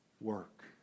work